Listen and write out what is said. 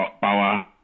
power